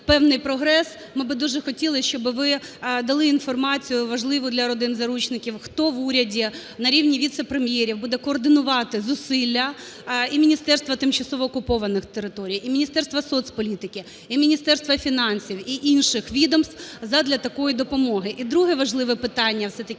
певний прогрес. Ми би дуже хотіли, щоби ви дали інформацію важливу для родин заручників хто в уряді на рівні віце-прем’єрів буде координувати зусилля і Міністерства тимчасово окупованих територій, і Міністерства соцполітики, і Міністерства фінансів, і інших відомств задля такої допомоги. І друге важливе питання. Все-таки